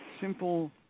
Simple